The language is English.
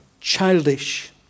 childish